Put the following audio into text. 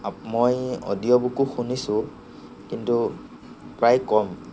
মই অডিঅ'বুকো শুনিছোঁ কিন্তু প্ৰায় কম